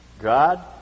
God